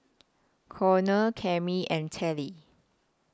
Connor Cammie and Telly